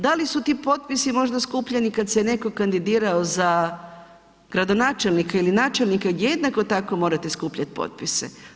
Da li su ti potpisi možda skupljani ka se netko kandidirao za gradonačelnika ili načelnika, jednako tako morate skupljati potpise.